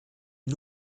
une